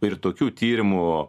ir tokių tyrimų